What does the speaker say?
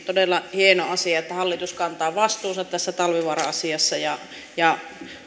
todella hieno asia että hallitus kantaa vastuunsa tässä talvivaara asiassa ja ja